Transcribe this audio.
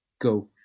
Go